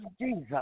Jesus